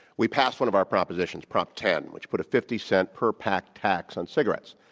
we passed one of our propositions prop ten, which put a fifty cent per pack tax on cigarettes.